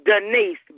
Denise